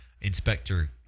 Inspector